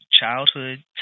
Childhood